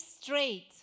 straight